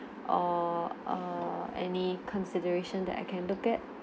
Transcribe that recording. or or any consideration that I can look at